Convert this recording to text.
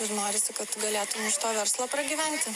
ir norisi kad tu galėtum iš to verslo pragyventi